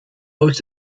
aus